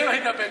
שלא יידבק בי.